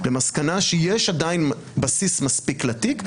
למסקנה שיש עדיין בסיס מספיק לתיק,